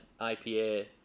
IPA